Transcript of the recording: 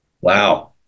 Wow